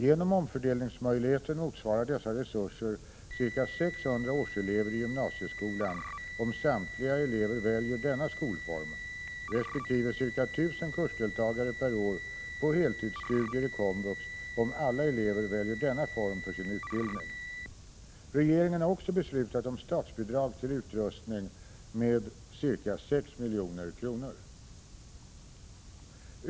Genom omfördelningsmöjligheten motsvarar dessa resurser ca 600 årselever i gymnasieskolan, om samtliga elever väljer denna skolform, resp. ca 1 000 kursdeltagare per år på heltidsstudier i komvux, om alla elever väljer denna form för sin utbildning. Regeringen har också beslutat om statsbidrag till utrustning med ca 6 milj.kr.